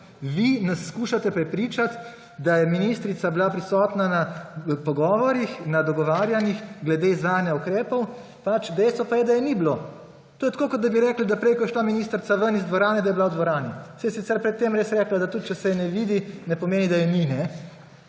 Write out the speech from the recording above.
Vi nas skušate prepričati, da je bila ministrica prisotna na pogovorih, na dogovarjanjih glede izvajanja ukrepov, dejstvo pa je, da je ni bilo. To je tako, kot da bi rekli, prej ko je šla ministrica ven iz dvorane, da je bila v dvorani, saj je sicer pred tem res rekla, da tudi če se je ne vidi, ne pomeni, da je ni. Če